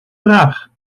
vraag